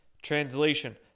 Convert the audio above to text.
Translation